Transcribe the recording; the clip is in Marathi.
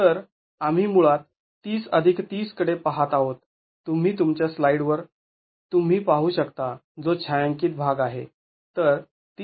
तर आम्ही मुळात ३० ३० कडे पाहत आहोत तुम्ही तुमच्या स्लाईड वर तुम्ही पाहू शकता जो छायांकित भाग आहे